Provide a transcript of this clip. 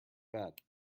bad